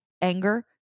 anger